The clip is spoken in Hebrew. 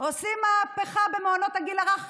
עושים מהפכה במעונות הגיל הרך.